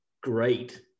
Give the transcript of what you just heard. great